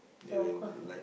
so of course